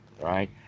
right